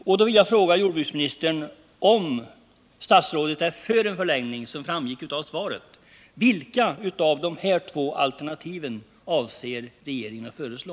Jag vill fråga jordbruksministern: Om statsrådet, som det framgick av svaret, är för en förlängning, vilket av de här två alternativen avser regeringen att föreslå?